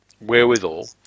wherewithal